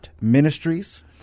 Ministries